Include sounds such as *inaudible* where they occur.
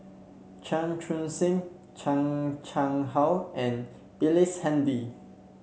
Chan Chun Sing Chan Chang How and *unintelligible* Handy